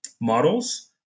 models